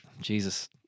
Jesus